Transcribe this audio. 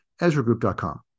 ezragroup.com